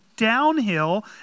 Downhill